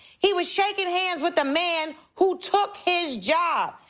he was shaking hands with the man who took his job.